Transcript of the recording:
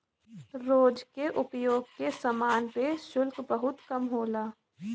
रोज के उपयोग के समान पे शुल्क बहुत कम होला